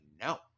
No